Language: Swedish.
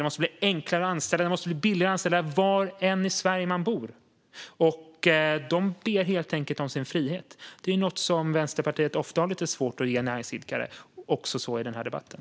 Det måste bli enklare och billigare att anställa var än i Sverige man bor. De ber helt enkelt om sin frihet, och det är någonting som Vänsterpartiet ofta har svårt att ge näringsidkare, så också i den här debatten.